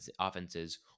offenses